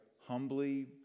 humbly